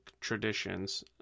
traditions